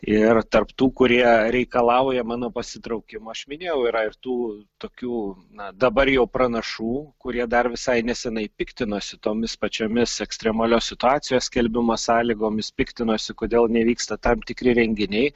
ir tarp tų kurie reikalauja mano pasitraukimo aš minėjau yra ir tų tokių na dabar jau pranašų kurie dar visai nesenai piktinosi tomis pačiomis ekstremalios situacijos skelbimo sąlygomis piktinosi kodėl nevyksta tam tikri renginiai